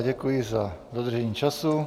Děkuji za dodržení času.